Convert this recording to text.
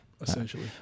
essentially